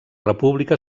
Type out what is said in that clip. república